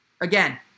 Again